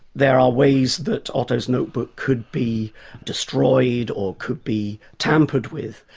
there are ways that otto's notebook could be destroyed or could be tampered with,